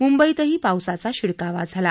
मुंबईतही पावसाचा शिडकावा झाला